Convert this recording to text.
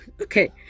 Okay